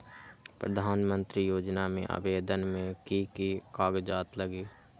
प्रधानमंत्री योजना में आवेदन मे की की कागज़ात लगी?